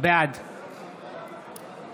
בעד